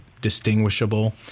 distinguishable